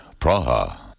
Praha